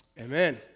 amen